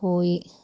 കോഴി